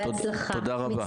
בהצלחה.